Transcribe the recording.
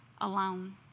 alone